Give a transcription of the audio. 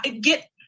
Get